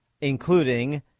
including